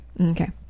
Okay